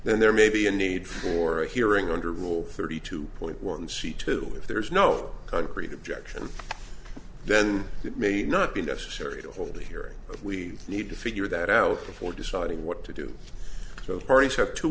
then there may be a need for a hearing under rule thirty two point one c two if there is no concrete objection then it may not be necessary to hold a hearing but we need to figure that out before deciding what to do both parties have two